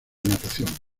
natación